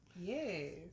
Yes